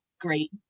great